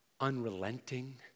unrelenting